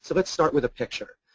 so let's start with a picture.